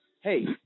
Hey